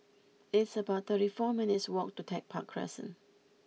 it's about thirty four minutes' walk to Tech Park Crescent